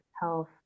health